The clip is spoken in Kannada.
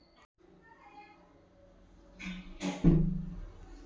ಈ ವಾಣಿಜ್ಯೊದಮನ ಭಾಳಷ್ಟ್ ಓದ್ದವ್ರ ಶುರುಮಾಡ್ಬೆಕಂತೆನಿಲ್ಲಾ